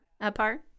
apart